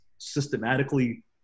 systematically